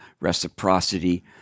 reciprocity